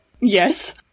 yes